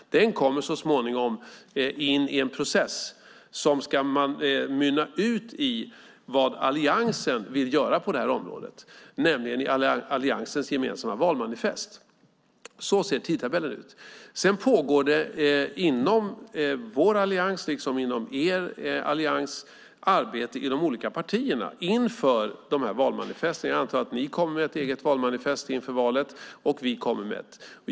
Frågan kommer så småningom in i en process som ska mynna ut i vad Alliansen vill göra på området, nämligen i Alliansens gemensamma valmanifest. Så ser tidtabellen ut. Sedan pågår inom vår allians, liksom inom er allians, arbete i de olika partierna inför valmanifesten. Jag antar att ni kommer med ert eget valmanifest inför valet, och vi kommer med ett.